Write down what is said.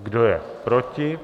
Kdo je proti?